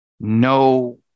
no